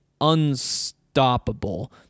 unstoppable